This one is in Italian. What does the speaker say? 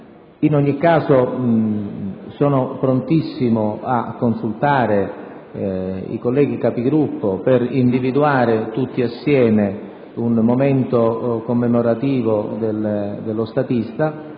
In ogni caso, sono prontissimo a consultare i colleghi Capigruppo per individuare tutti assieme un momento commemorativo dello statista